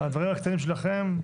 הדברים הקטנים שלכם.